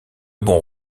bon